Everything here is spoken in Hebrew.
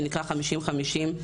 שנקרא חמישים חמישים,